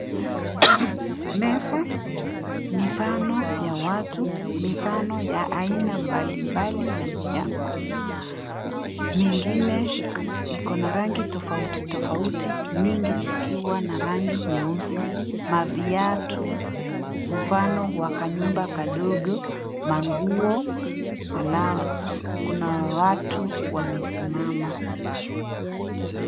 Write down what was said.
Meza; mifano ya watu, mifano ya aina mbalimbali ya minyama mengine iko na rangi tofauti tofauti mingi zikiwa na rangi nyeusi viatu ,mfano wa kanyumba kadogo manguo. Kuna watu wamesimama.